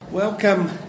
Welcome